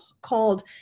called